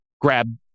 grab